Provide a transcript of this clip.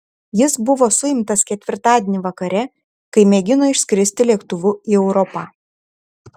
jis buvo suimtas ketvirtadienį vakare kai mėgino išskristi lėktuvu į europą